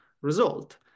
result